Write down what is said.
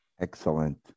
Excellent